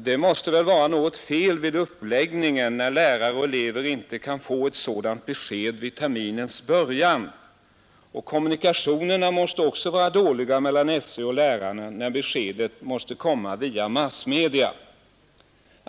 Det måste väl vara något fel vid uppläggningen när lärare och elever inte kan få ett sådant besked vid terminens början. Kommunikationerna måste också vara dåliga mellan skolöverstyrelsen och lärarna när beskedet måste komma via massmedia.